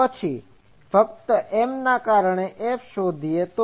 તો પછી ફક્ત Mના કારણે F શોધીએ